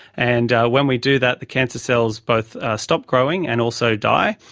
and when we do that the cancer cells both stop growing and also die,